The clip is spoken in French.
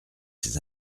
ses